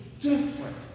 different